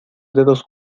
dedos